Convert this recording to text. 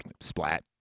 splat